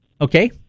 Okay